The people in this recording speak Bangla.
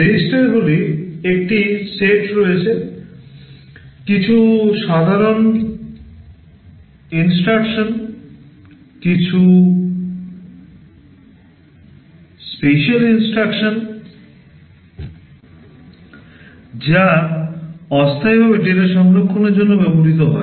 রেজিস্টারগুলির একটি সেট রয়েছে কিছু সাধারণ কিছু বিশেষ যা অস্থায়ীভাবে ডেটা সংরক্ষণের জন্য ব্যবহৃত হয়